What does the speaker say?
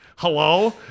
Hello